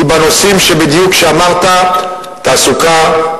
היא בדיוק בנושאים שאמרת: תעסוקה,